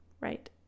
right